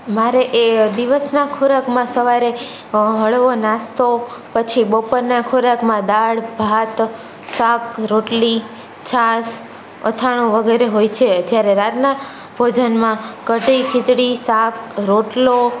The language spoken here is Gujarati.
મારે એ દિવસનાં ખોરાકમાં સવારે હળવો નાશ્તો પછી બપોરનાં ખોરાકમાં દાળ ભાત શાક રોટલી છાશ અથાણું વગેરે હોય છે જ્યારે રાતનાં ભોજનમાં કઢી ખીચડી શાક રોટલો